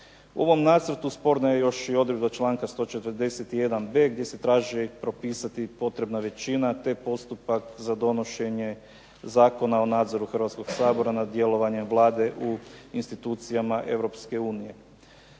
U ovom Nacrtu sporna je još i odredba članka 141b. gdje se traži propisati potrebna većina, te postupak za donošenje Zakona o nadzoru Hrvatskog sabora nad djelovanjem Vlade u institucijama